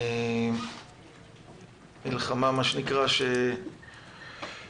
מלחמה שאין